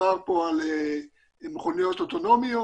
דובר פה על מכוניות אוטונומיות